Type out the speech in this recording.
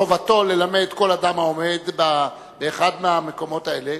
חובתו ללמד כל אדם העומד באחד המקומות האלה,